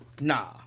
Nah